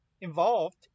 involved